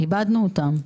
איבדנו אותם.